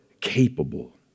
capable